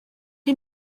chi